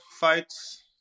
fights